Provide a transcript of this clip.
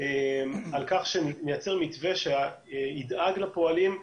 על כך שנייצר מתווה שידאג לפועלים,